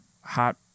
hot